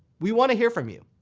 we want to hear from you.